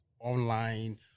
online